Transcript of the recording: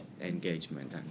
engagement